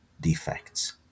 defects